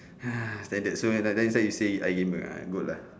standard so many time then that why you say it I gamer I'm good lah